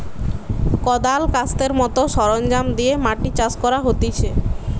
কদাল, কাস্তের মত সরঞ্জাম দিয়ে মাটি চাষ করা হতিছে